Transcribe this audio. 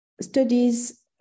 studies